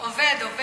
עובד, עובד,